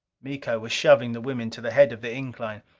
miko was shoving the women to the head of the incline.